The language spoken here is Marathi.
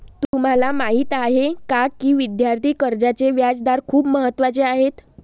तुम्हाला माहीत आहे का की विद्यार्थी कर्जाचे व्याजदर खूप महत्त्वाचे आहेत?